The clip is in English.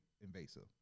invasive